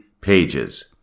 pages